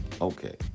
Okay